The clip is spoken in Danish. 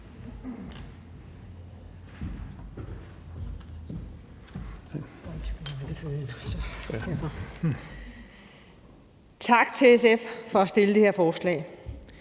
Tak til SF for at fremsætte det her forslag.